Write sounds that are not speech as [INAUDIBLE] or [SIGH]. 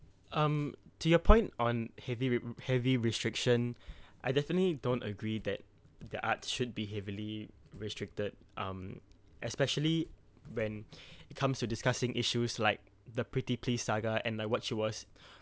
um to your point on heavy re~ heavy restriction [BREATH] I definitely don't agree that the arts should be heavily restricted um especially when [BREATH] it comes to discussing issues like the pretty please saga and like what she was [BREATH]